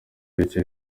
bityo